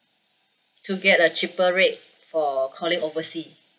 to get a cheaper rate for calling oversea